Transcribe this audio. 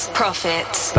profits